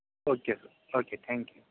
okay sir okay thank you